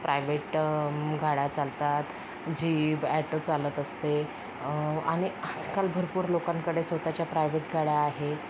private म गाड्या चालतात जीप ॲटो चालत असते आणि आजकाल भरपूर लोकांकडे स्वतःच्या प्रायव्हेट गाड्या आहे